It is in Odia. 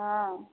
ହଁ